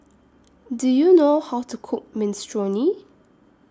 Do YOU know How to Cook Minestrone